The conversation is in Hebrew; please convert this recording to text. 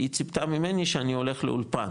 היא ציפתה ממני שאני הולך לאולפן